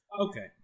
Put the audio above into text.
okay